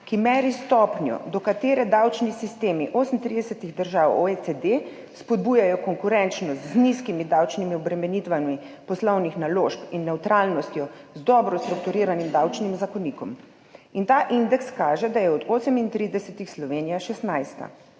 ki meri stopnjo, do katere davčni sistemi 38 držav OECD spodbujajo konkurenčnost z nizkimi davčnimi obremenitvami poslovnih naložb in nevtralnostjo z dobro strukturiranim davčnim zakonikom, kaže, da je Slovenija 16.